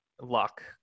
luck